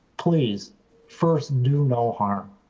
please first do no harm.